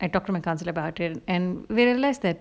I talk to my cousellor about aktil and we realise that